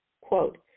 quote